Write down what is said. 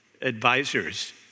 advisors